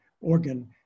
organ